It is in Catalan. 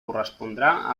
correspondrà